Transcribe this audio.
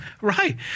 Right